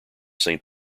saint